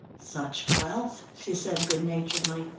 such wealth! she said good-naturedly.